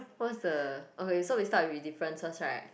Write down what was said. what's the okay so we start with differences right